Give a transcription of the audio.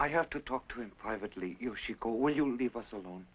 i have to talk to him privately she go when you leave us alone